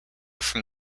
from